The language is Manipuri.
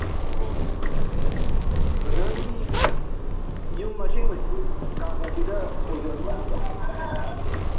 ꯑꯣ ꯕ꯭ꯔꯗꯔꯒꯤ ꯌꯨꯝ ꯑꯁꯦꯡꯕꯁꯤꯗꯤ ꯀꯥꯡꯄꯣꯛꯄꯤꯗ ꯑꯗꯨꯝ ꯑꯣꯏꯗꯣꯏꯔꯣ